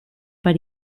per